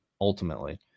Ultimately